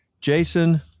Jason